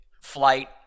flight